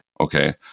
Okay